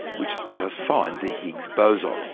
which let us find the higgs boson.